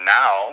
now